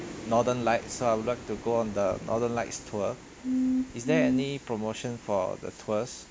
northern lights so I would like to go on the northern lights tour is there any promotion for the tours